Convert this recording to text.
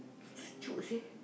sejuk seh